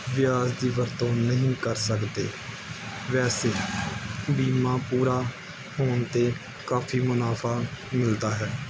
ਵਿਆਜ ਦੀ ਵਰਤੋਂ ਨਹੀਂ ਕਰ ਸਕਦੇ ਵੈਸੇ ਬੀਮਾ ਪੂਰਾ ਹੋਣ 'ਤੇ ਕਾਫ਼ੀ ਮੁਨਾਫ਼ਾ ਮਿਲਦਾ ਹੈ